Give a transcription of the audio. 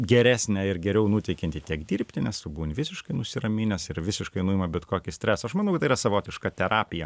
geresnė ir geriau nuteikianti tiek dirbti nes tu būni visiškai nusiraminęs ir visiškai nuima bet kokį stresą aš manau kad tai yra savotiška terapija